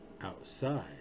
outside